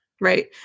Right